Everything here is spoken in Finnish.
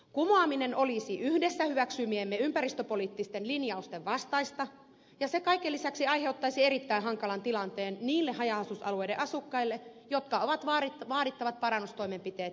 kumoaminen olisi yhdessä hyväksymiemme ympäristöpoliittisten linjausten vastaista ja se kaiken lisäksi aiheuttaisi erittäin hankalan tilanteen niille haja asutusalueiden asukkaille jotka ovat vaadittavat parannustoimenpiteet jo tehneet